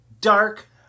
Dark